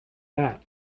that